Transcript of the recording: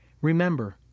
Remember